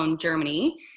Germany